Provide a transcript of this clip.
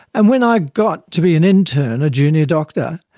and when i got to be an intern, a junior doctor,